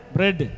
Bread